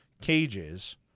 cages